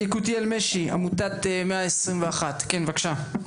יקותיאל משי, עמותת 121, כן, בבקשה.